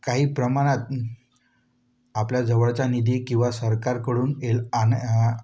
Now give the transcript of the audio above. काही प्रमाणात आपल्या जवळचा निधी किंवा सरकारकडून हेल्प आन